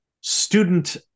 student